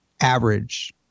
average